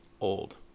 old